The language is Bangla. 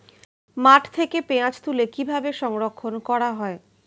মাঠ থেকে পেঁয়াজ তুলে কিভাবে সংরক্ষণ করা হয়?